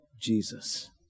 Jesus